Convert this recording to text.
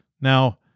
Now